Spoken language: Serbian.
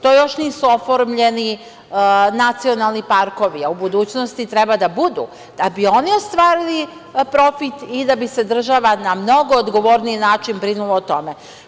To još nisu oformljeni nacionalni parkovi, a u budućnosti treba da budu, da bi oni ostvarili profit i da bi se država na mnogo odgovorniji način brinula o tome.